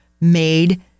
made